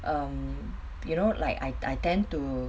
um you know like I I tend to